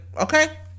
Okay